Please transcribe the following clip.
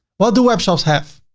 what do webshops have?